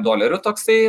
dolerių toksai